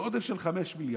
זה עודף של 5 מיליארד.